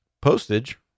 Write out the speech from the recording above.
postage